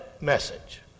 message